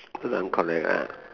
couldn't connect ah